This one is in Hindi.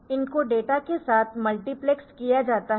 इनको डेटा के साथ मल्टीप्लेसड किया जाता है